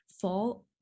fall